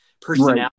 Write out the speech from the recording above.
personality